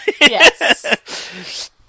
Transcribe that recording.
Yes